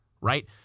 right